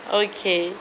okay